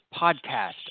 podcast